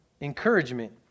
encouragement